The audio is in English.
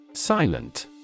Silent